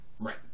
Right